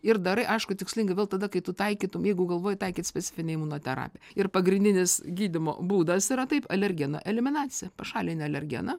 ir darai aišku tikslingai vėl tada kai tu taikytum jeigu galvoji taikyt specifinę imunoterapiją ir pagrindinis gydymo būdas yra taip alergeno eliminacija pašalini alergeną